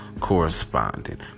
correspondent